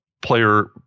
player